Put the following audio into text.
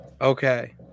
Okay